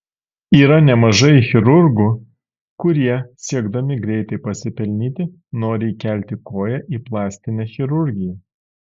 yra nemažai chirurgų kurie siekdami greitai pasipelnyti nori įkelti koją į plastinę chirurgiją